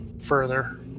further